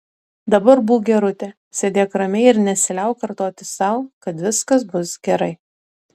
dabar būk gerutė sėdėk ramiai ir nesiliauk kartoti sau kad viskas bus gerai